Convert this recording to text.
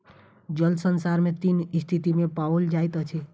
जल संसार में तीनू स्थिति में पाओल जाइत अछि